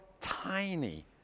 tiny